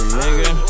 nigga